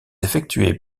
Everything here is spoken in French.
effectuées